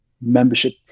membership